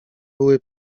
były